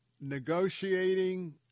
Negotiating